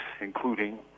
including